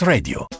Radio